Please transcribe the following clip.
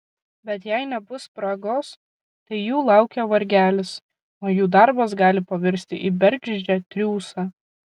bet jei nebus spragos tai jų laukia vargelis o jų darbas gali pavirsti į bergždžią triūsą